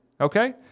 Okay